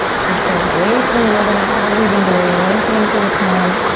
pressing away from the yoga mat as we've been doing, lengthening through the crown.